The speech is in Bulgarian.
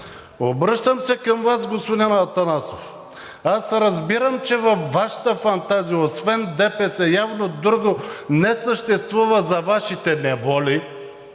Обръщам се към Вас, господин Атанасов, аз разбирам, че във Вашата фантазия освен ДПС явно друго не съществува за Вашите неволи,